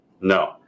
No